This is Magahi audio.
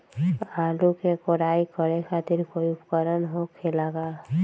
आलू के कोराई करे खातिर कोई उपकरण हो खेला का?